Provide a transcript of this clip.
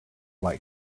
like